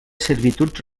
servituds